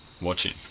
watching